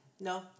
No